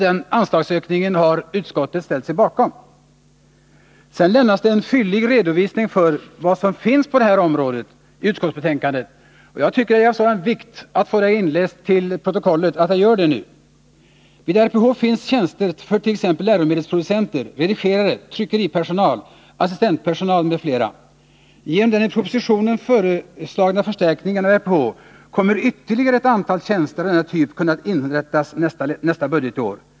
Denna anslagsökning har utskottet ställt sig bakom. Sedan lämnas i utskottsbetänkandet en fyllig redovisning av de tjänster som finns på detta område. Det är av sådan vikt att få detta inläst till protokollet att jag nu citerar vad som där har skrivits: ”Vid RPH finns tjänster för t.ex. läromedelsproducenter, redigerare, tryckeripersonal, assistentpersonal m.fl. Genom den i propositionen föreslagna förstärkningen av RPH kommer ytterligare ett antal tjänster av denna typ att kunna inrättas nästa budgetår.